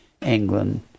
England